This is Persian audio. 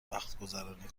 وقتگذرانی